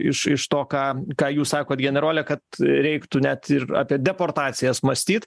iš iš to ką ką jūs sakot generole kad reiktų net ir apie deportacijas mąstyt